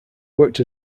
worked